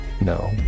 No